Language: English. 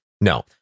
No